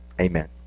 Amen